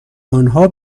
آنها